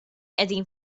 qegħdin